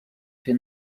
fer